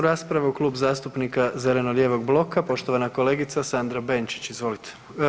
raspravu, Klub zastupnika zeleno-lijevog bloka, poštovana kolegica Sandra Benčić, izvolite.